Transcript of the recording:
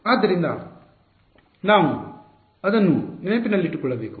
ಆದ್ದರಿಂದ ನಾವು ಅದನ್ನು ನೆನಪಿನಲ್ಲಿಟ್ಟುಕೊಳ್ಳಬೇಕು